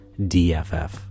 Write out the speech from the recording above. DFF